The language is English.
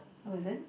oh is it